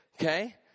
Okay